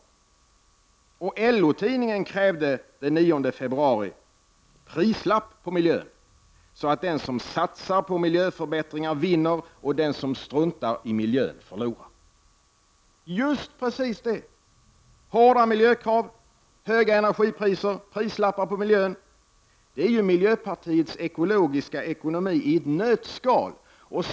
LO-tidningen krävde den 9 februari prislapp på miljön, så den som satsar på miljöförbättringar vinner och den som struntar i miljön förlorar. Just precis det. Hårda miljökrav, höga energipriser, prislappar på miljön — det är miljöpartiets ekologiska ekonomi i ett nötskal.